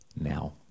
now